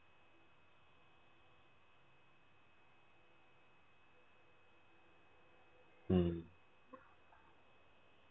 mm